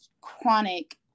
chronic